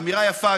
אמירה יפה,